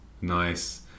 Nice